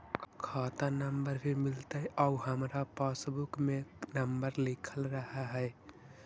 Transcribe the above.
खाता नंबर भी मिलतै आउ हमरा पासबुक में नंबर लिखल रह है?